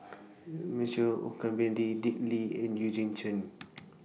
Michael Olcomendy Dick Lee and Eugene Chen